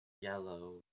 yellow